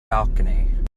balcony